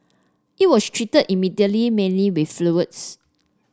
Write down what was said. it was treated immediately mainly with fluids